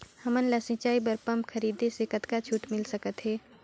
हमन ला सिंचाई बर पंप खरीदे से कतका छूट मिल सकत हे?